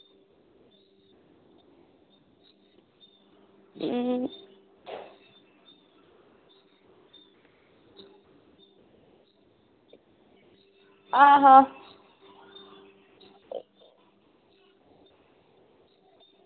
एह् आहो